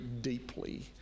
deeply